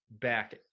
back